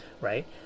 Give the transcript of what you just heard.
right